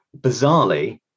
bizarrely